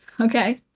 Okay